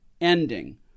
ending